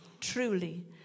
truly